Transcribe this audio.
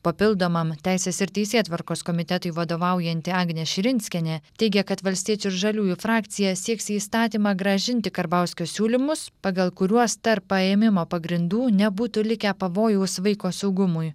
papildomam teisės ir teisėtvarkos komitetui vadovaujanti agnė širinskienė teigia kad valstiečių ir žaliųjų frakcija sieks į įstatymą grąžinti karbauskio siūlymus pagal kuriuos tarp paėmimo pagrindų nebūtų likę pavojaus vaiko saugumui